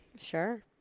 Sure